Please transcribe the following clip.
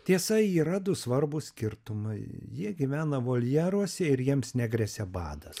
tiesa yra du svarbūs skirtumai jie gyvena voljeruose ir jiems negresia badas